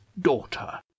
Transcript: daughter